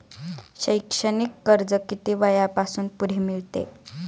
शैक्षणिक कर्ज किती वयापासून पुढे मिळते?